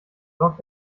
sorgt